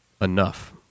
Enough